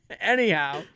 Anyhow